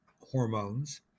hormones